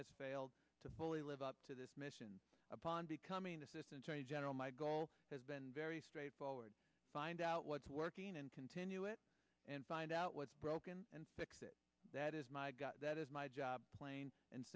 has failed to fully live up to this mission upon becoming assistant attorney general my goal has been very straightforward find out what's working and continue it and find out what's broken and fix it that is my gut that is my job plain and